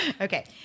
Okay